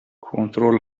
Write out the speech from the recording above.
کنترل